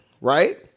right